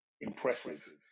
impressive